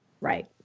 Right